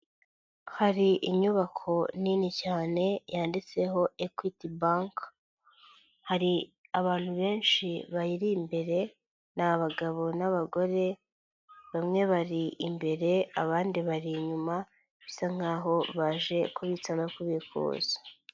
Hari inyubako nini cyane yanditseho Equity Bank, hari abantu benshi bayiri imbere ni abagabo n'abagore, bamwe bari imbere abandi bari inyuma bisa nkaho baje kubitsa no kubikuza.